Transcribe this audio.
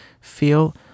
feel